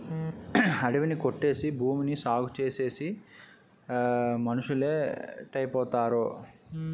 అడివి ని కొట్టేసి భూమిని సాగుచేసేసి మనుసులేటైపోతారో